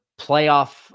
playoff